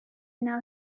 now